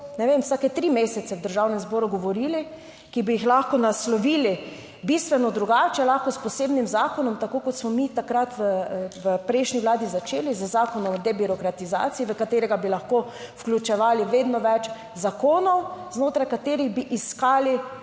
ne vem, vsake tri mesece v Državnem zboru govorili, ki bi jih lahko naslovili. Bistveno drugače, lahko s posebnim zakonom, tako kot smo mi takrat v prejšnji vladi začeli z Zakonom o debirokratizaciji v katerega bi lahko vključevali vedno več zakonov, znotraj katerih bi iskali